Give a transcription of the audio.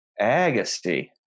Agassi